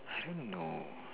I don't know